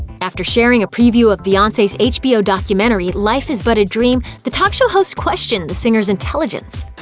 after sharing a preview of beyonce's hbo documentary, life is but a dream, the talk show host questioned the singer's intelligence.